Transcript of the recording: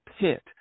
pit